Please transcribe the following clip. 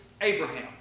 Abraham